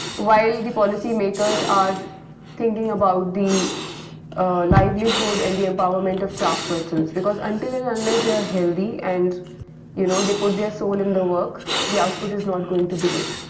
while the policymakers are thinking about the livelihood and the empowerment of craftspersons because until and unless they are healthy and you know they put their soul in the work, the output is not going to be good.